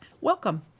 Welcome